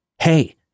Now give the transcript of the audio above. Hey